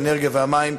האנרגיה והמים,